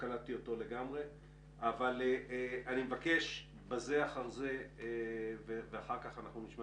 אני מבקש לשמוע